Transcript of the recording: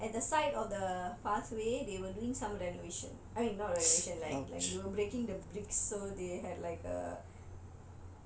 குதிக்கும் போது என்ன ஆச்சுனா:kuthikum pothu enna achuna at the side of the pathway they were doing some renovation I mean not renovation like like they were breaking the bricks